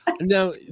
now